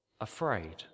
afraid